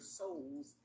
souls